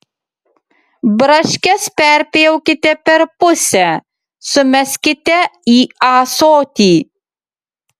braškes perpjaukite per pusę sumeskite į ąsotį